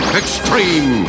extreme